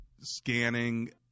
scanning